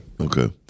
Okay